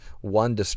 one